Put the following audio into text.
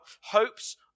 hopes